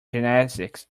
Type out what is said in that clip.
gymnastics